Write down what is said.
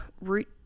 root